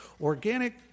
organic